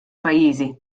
pajjiżi